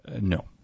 No